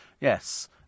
Yes